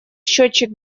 счетчик